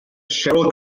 sheryl